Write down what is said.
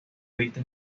vista